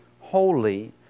holy